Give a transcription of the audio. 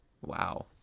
Wow